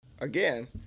Again